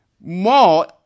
more